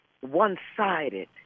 one-sided